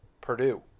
purdue